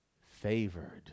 favored